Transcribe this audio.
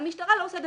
והמשטרה לא עושה דבר,